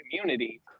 community